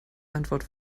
antwort